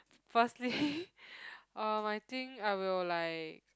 firstly um I think I will like